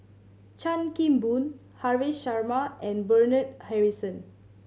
Chan Kim Boon Haresh Sharma and Bernard Harrison